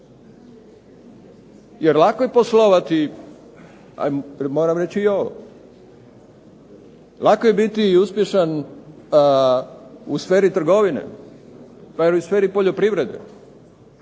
Jer lako je poslovati, moram reći ovo, lako je biti uspješan u sferi trgovine pa i u sferi poljoprivrede